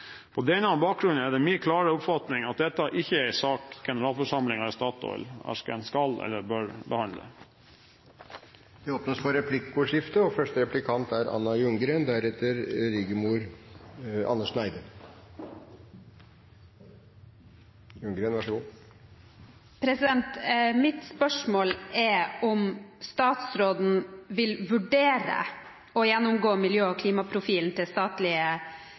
På denne bakgrunn er det min klare oppfatning at dette ikke er en sak generalforsamlingen i Statoil skal eller bør behandle. Det blir replikkordskifte. Mitt spørsmål er om statsråden vil vurdere å gjennomgå miljø- og klimaprofilen til statlige